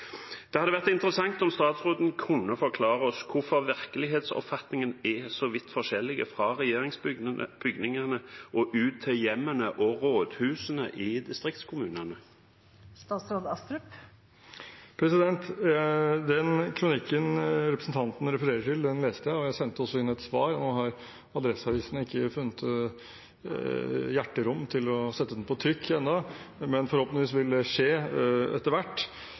Det hadde vært interessant om statsråden kunne forklare oss hvorfor virkelighetsoppfatningen er så vidt forskjellig fra regjeringsbygningene og ut til hjemmene og rådhusene i distriktskommunene. Den kronikken representanten refererer til, leste jeg, og jeg sendte også inn et svar. Adresseavisen har ikke funnet hjerterom til å sette det på trykk ennå, men forhåpentligvis vil det skje etter hvert,